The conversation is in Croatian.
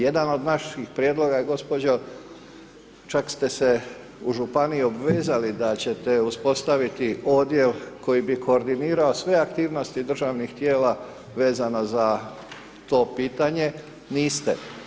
Jedan od naših prijedloga je gospođo, čak ste se u županiji obvezali da ćete uspostaviti odjel koji bi koordinirao sve aktivnosti državnih tijela vezana za to pitanje, niste.